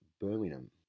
Birmingham